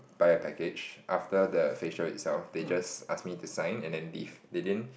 buy a package after the facial itself they just ask me to sign and then leave they didn't